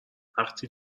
وقتی